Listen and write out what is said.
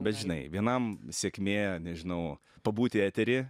bet žinai vienam sėkmė nežinau pabūti eteryj